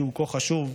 שהוא כה חשוב.